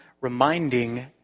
reminding